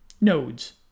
nodes